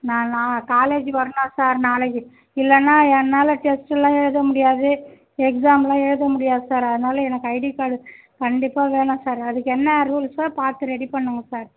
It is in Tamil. நான் நான் காலேஜி வரணும் சார் நாளைக்கு இல்லைனா என்னால் டெஸ்ட்டெல்லாம் எழுத முடியாது எக்ஸாமெலாம் எழுத முடியாது சார் அதனால் எனக்கு ஐடி கார்டு கண்டிப்பாக வேணும் சார் அதுக்கு என்ன ரூல்ஸோ பார்த்து ரெடி பண்ணுங்க சார்